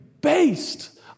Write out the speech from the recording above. based